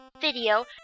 video